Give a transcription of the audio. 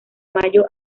mayo